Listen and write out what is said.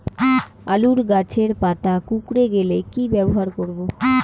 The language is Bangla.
আলুর গাছের পাতা কুকরে গেলে কি ব্যবহার করব?